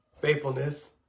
faithfulness